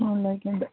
മോളിലേക്കിണ്ട്